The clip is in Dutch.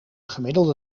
gemiddelde